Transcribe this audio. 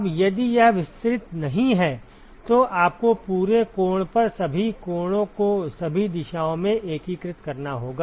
अब यदि यह विसरित नहीं है तो आपको पूरे कोण पर सभी कोणों को सभी दिशाओं में एकीकृत करना होगा